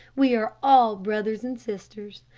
we are all brothers and sisters.